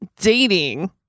dating